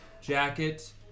jacket